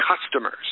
customers